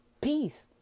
peace